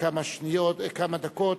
בכמה דקות.